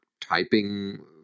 typing